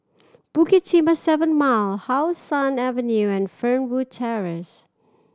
Bukit Timah Seven Mile How Sun Avenue and Fernwood Terrace